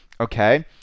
okay